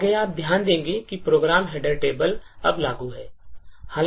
आगे आप ध्यान देंगे कि प्रोग्राम हेडर टेबल अब लागू है